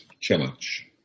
challenge